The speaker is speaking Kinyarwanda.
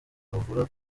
uvira